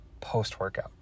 post-workout